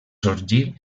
sorgir